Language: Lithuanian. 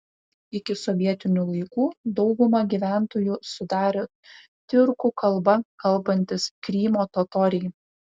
iki sovietinių laikų daugumą gyventojų sudarė tiurkų kalba kalbantys krymo totoriai